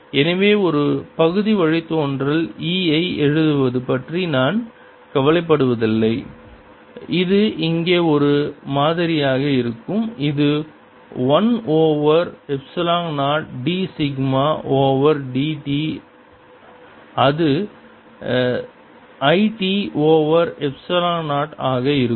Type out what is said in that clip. எனவே ஒரு பகுதி வழித்தோன்றல் E ஐ எழுதுவது பற்றி நான் கவலைப்படுவதில்லை இது இங்கே ஒரே மாதிரியாக இருக்கும் இது 1 over epsilon 0 d sigma over dt அது இது I t ஓவர் எப்சிலன் 0 ஆக இருக்கும்